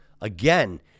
Again